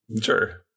Sure